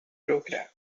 program